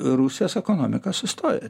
rusijos ekonomika sustojo